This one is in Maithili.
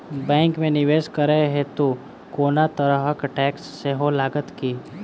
बैंक मे निवेश करै हेतु कोनो तरहक टैक्स सेहो लागत की?